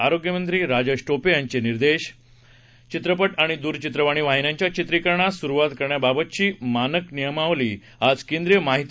आरोग्यमंत्री राजेश टोपे यांचे निर्देश चित्रपट आणि दूरचित्रवाणी वाहिन्यांच्या चित्रीकरणास सुरुवात करण्याबाबतची मानक नियमावली आज केंद्रीय माहिती